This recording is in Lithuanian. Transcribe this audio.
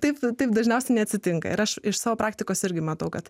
taip taip dažniausiai neatsitinka ir aš iš savo praktikos irgi matau kad